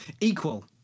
Equal